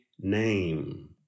name